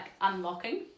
unlocking